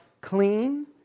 clean